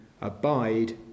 Abide